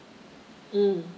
mm